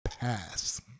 pass